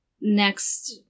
next